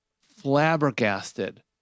flabbergasted